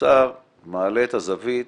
האוצר מעלה את הזווית